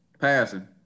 passing